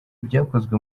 byakozwe